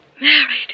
Married